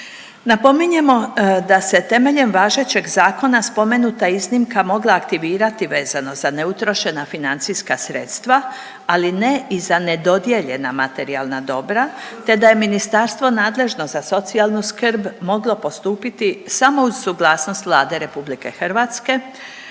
Napominjemo da se temeljem važećeg zakona spomenuta iznimka mogla aktivirati vezano za neutrošena financijska sredstva, ali ne i za ne dodijeljena materijalna dobra, te da je ministarstvo nadležno za socijalnu skrb moglo postupiti samo uz suglasnost Vlade RH,